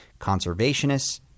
conservationists